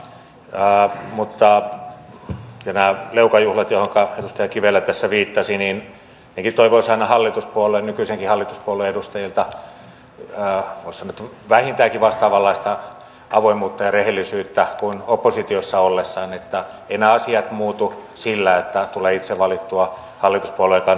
ja mitä tulee näihin leukajuhliin joihinka edustaja kivelä tässä viittasi niin tietenkin toivoisi aina hallituspuolueiden nykyistenkin hallituspuolueiden edustajilta voisi sanoa vähintäänkin vastaavanlaista avoimuutta ja rehellisyyttä kuin oppositiossa ollessaan eivät nämä asiat muutu sillä että tulee itse valituksi hallituspuolueen kansanedustajaksi valtiopäivillä